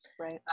Right